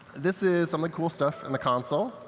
this is some of the cool stuff in the console.